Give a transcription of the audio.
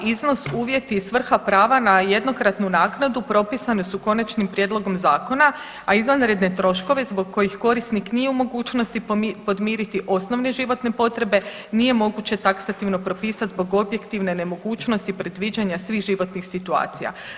Iznos, uvjeti i svrha prava na jednokratnu naknadu propisane su konačnim prijedlogom zakona, a izvanredne troškove zbog kojih korisnik nije u mogućnosti podmiriti osnovne životne potrebe nije moguće taksativno propisat zbog objektivne nemogućnosti predviđanja svih životnih situacija.